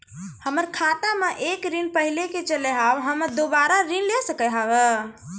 हमर खाता मे एक ऋण पहले के चले हाव हम्मे दोबारा ऋण ले सके हाव हे?